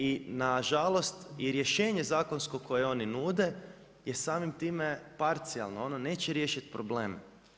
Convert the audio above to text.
I nažalost i rješenje zakonsko koje oni nude je samim tim parcijalno, ono neće riješiti probleme.